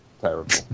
terrible